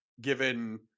given